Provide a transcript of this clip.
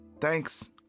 Thanks